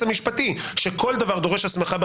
המשפטי שכל דבר דורש הסמכה בחקיקה,